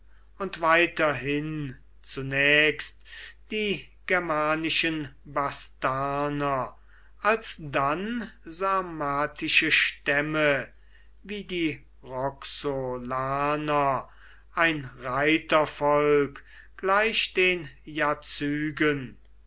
und weiter hin zunächst die germanischen bastarner alsdann sarmatische stämme wie die roxolaner ein reitervolk gleich den